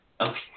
Okay